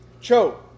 Cho